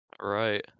Right